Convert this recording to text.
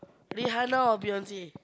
Rihanna or Beyonce